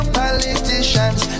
politicians